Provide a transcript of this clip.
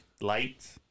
lights